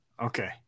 Okay